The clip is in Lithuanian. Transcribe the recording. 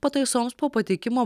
pataisoms po pateikimo